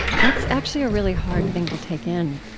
that's actually a really hard thing to take in,